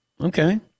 Okay